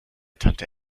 tante